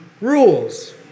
rules